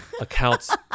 accounts